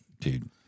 dude